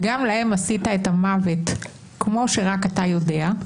וגם להם עשית את המוות, כמו שרק אתה יודע.